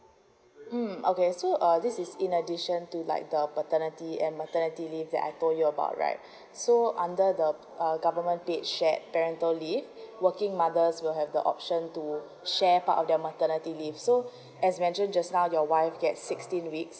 um okay so uh this is in addition to like the paternity and maternity leave that I‘ve told you about right so under the uh government paid shared parental leave working mothers will have the option to share part of the maternity leaves so as mentioned just now your wife get sixteen weeks